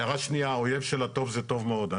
הערה שנייה, האויב של הטוב הוא הטוב מאוד.